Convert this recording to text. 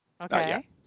okay